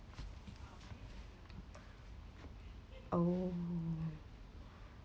oh